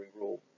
rule